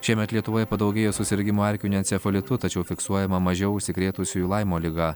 šiemet lietuvoje padaugėjo susirgimų erkiniu encefalitu tačiau fiksuojama mažiau užsikrėtusiųjų laimo liga